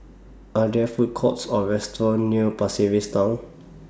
Are There Food Courts Or restaurants near Pasir Ris Town